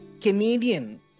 Canadian